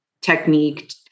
technique